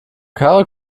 karre